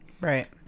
right